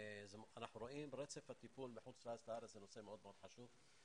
ואנחנו רואים ברצף הטיפול בחוץ לארץ והארץ כנושא מאוד מאוד חשוב.